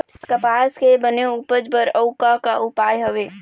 कपास के बने उपज बर अउ का का उपाय हवे?